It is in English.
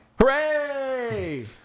Hooray